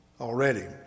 already